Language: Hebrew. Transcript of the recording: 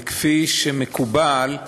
וכפי שמקובל,